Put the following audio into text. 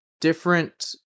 different